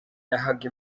yahaga